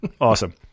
Awesome